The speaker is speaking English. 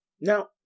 Now